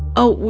oh,